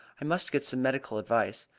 i must get some medical advice.